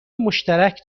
مشترک